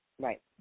Right